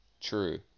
True